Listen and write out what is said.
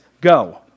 go